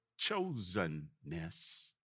chosenness